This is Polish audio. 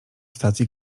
stacji